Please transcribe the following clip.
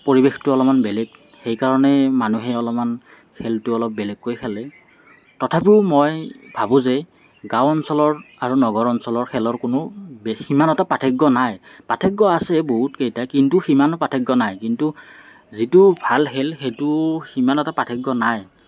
পৰিবেশটো অলপমান বেলেগ সেইকাৰণে মানুহে অলপমান খেলটো অলপ বেলেগকৈ খেলে তথাপিও মই ভাবোঁ যে গাওঁ অঞ্চলৰ আৰু নগৰ অঞ্চলৰ খেলৰ কোনো সিমান এটা পাৰ্থক্য নাই পাৰ্থক্য আছে বহুত কেইটা কিন্তু সিমানো পাৰ্থক্য নাই কিন্তু যিটো ভাল খেল সেইটো সিমান এটা পাৰ্থক্য নাই